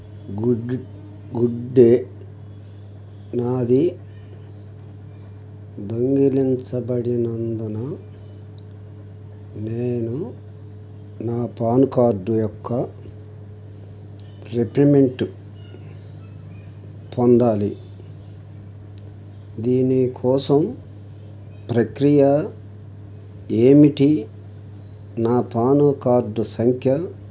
good day నాది దొంగిలించబడినందున నేను నా పాన్ కార్డు యొక్క రీప్రింట్ పొందాలి దీని కోసం ప్రక్రియ ఏమిటి నా పాన్ కార్డు సంఖ్య